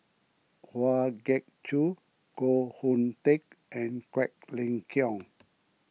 Kwa Geok Choo Koh Hoon Teck and Quek Ling Kiong